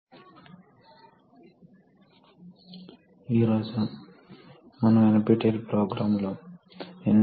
ముఖ్యపదాలు pressure fluid flow rate return line control systems incompressible air bubbles seals motor force